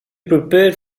prepared